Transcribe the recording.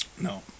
No